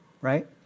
right